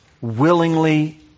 willingly